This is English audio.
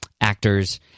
actors